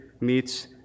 meets